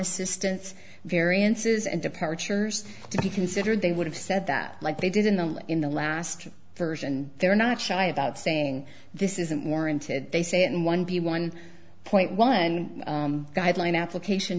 assistance variances and departures to be considered they would have said that like they did in the in the last version they're not shy about saying this isn't warranted they say in one by one point one guideline application